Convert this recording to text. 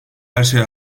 herşey